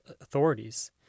authorities